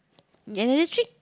you got another trick